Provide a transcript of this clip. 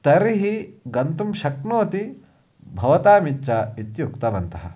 तर्हि गन्तुं शक्नोति भवतामिच्छा इत्युक्तवन्तः